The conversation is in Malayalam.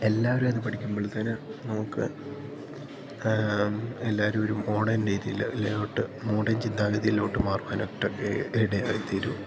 എല്ലാവരും അത് പഠിക്കുമ്പോൾത്തേന് നമുക്ക് എല്ലാവരുമൊരു മോഡേൺ രീതിയിലോട്ട് മോഡേൺ ചിന്താഗതിയിലോട്ട് മാറുവനായിട്ട് ഇടയായിത്തീരും